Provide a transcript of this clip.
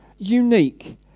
Unique